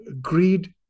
greed